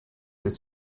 des